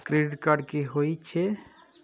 Credit card की होई छै?